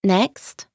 Next